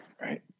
right